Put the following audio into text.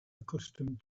accustomed